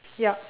yup